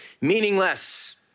Meaningless